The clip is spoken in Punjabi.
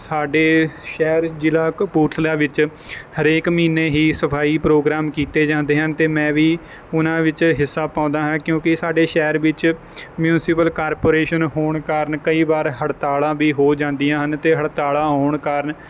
ਸਾਡੇ ਸ਼ਹਿਰ ਜ਼ਿਲ੍ਹਾ ਕਪੂਰਥਲਾ ਵਿੱਚ ਹਰੇਕ ਮਹੀਨੇ ਹੀ ਸਫਾਈ ਪ੍ਰੋਗਰਾਮ ਕੀਤੇ ਜਾਂਦੇ ਹਨ ਅਤੇ ਮੈਂ ਵੀ ਉਹਨਾਂ ਵਿੱਚ ਹਿੱਸਾ ਪਾਉਂਦਾ ਹਾਂ ਕਿਉਂਕਿ ਸਾਡੇ ਸ਼ਹਿਰ ਵਿੱਚ ਮਿਊਨਸੀਪਲ ਕਾਰਪੋਰੇਸ਼ਨ ਹੋਣ ਕਾਰਨ ਕਈ ਵਾਰ ਹੜਤਾਲਾਂ ਵੀ ਹੋ ਜਾਂਦੀਆਂ ਹਨ ਅਤੇ ਹੜਤਾਲਾਂ ਹੋਣ ਕਾਰਨ